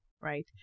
right